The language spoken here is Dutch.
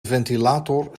ventilator